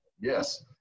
Yes